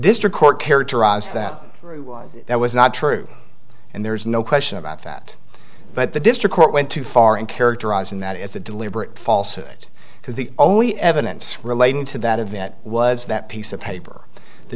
district court characterized that that was not true and there's no question about that but the district court went too far in characterizing that it's a deliberate falsehood because the only evidence relating to that event was that piece of paper the